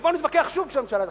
ובואו נתווכח שוב כשהממשלה תחליט.